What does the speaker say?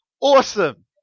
awesome